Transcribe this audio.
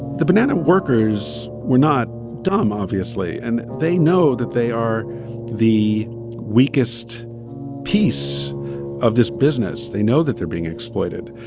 the banana workers were not dumb, obviously. and they know that they are the weakest piece of this business. they know that they're being exploited,